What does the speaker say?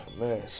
man